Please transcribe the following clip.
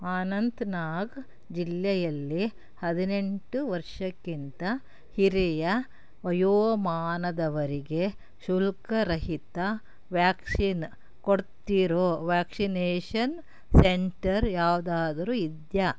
ಅನಂತ್ನಾಗ್ ಜಿಲ್ಲೆಯಲ್ಲಿ ಹದಿನೆಂಟು ವರ್ಷಕ್ಕಿಂತ ಹಿರಿಯ ವಯೋಮಾನದವರಿಗೆ ಶುಲ್ಕರಹಿತ ವ್ಯಾಕ್ಸಿನ್ ಕೊಡ್ತಿರೋ ವ್ಯಾಕ್ಶಿನೇಷನ್ ಸೆಂಟರ್ ಯಾವ್ದಾದ್ರೂ ಇದೆಯಾ